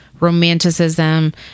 romanticism